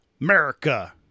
America